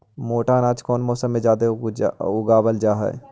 मोटा अनाज कौन मौसम में जादे उगावल जा हई?